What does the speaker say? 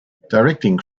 directing